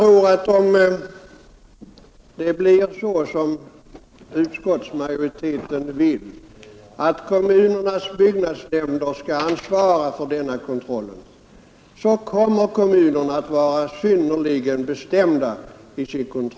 Om det blir så som utskottsmajoriteten vill, nämligen att kommunernas byggnadsnämnder skall ansvara för denna kontroll, så tror jag att kontrollerna kommer att bli synnerligen noggranna.